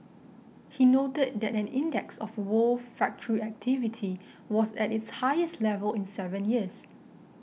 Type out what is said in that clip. he noted that an index of world factory activity was at its highest level in seven years